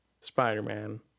Spider-Man